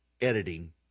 editing